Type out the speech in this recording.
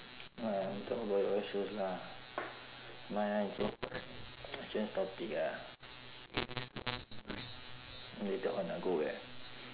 oh ya talk about yours first lah never mind lah change change topic ah later on I go where